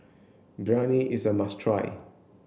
Biryani is a must try